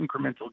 incremental